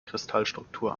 kristallstruktur